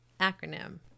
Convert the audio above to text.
acronym